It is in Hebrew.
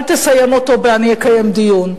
אל תסיים אותו ב"אני אקיים דיון".